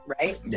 right